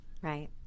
right